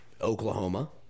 Oklahoma